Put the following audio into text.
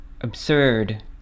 absurd